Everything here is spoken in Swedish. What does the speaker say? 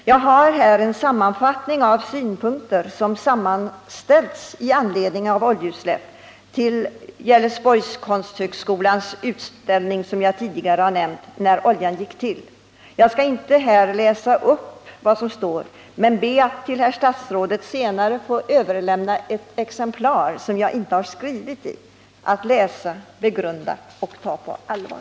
Jag har här en sammanfattning av synpunkter med anledning av oljeutsläpp. Sammanställningen gjordes till Gerlesborgs konstskolas utställning ”När oljan gick till”, som jag tidigare har nämnt. Jag skall inte här läsa upp vad där står, men jag ber att till herr statsrådet senare få överlämna ett exemplar, som jag inte har skrivit i, att läsa, begrunda och ta på allvar.